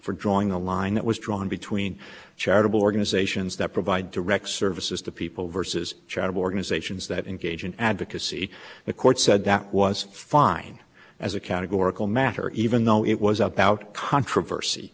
for drawing a line that was drawn between charitable organizations that provide direct services to people versus charitable organizations that engage in advocacy the court said that was fine as a categorical matter even though it was about controversy